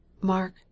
mark